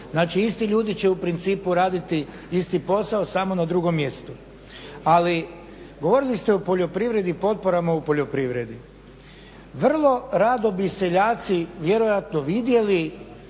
Znači isti ljudi će u principu raditi isti posao samo na drugom mjestu. Ali govorili ste o poljoprivrednim potporama u poljoprivredi, vrlo rado bi seljaci vjerojatno vidjeli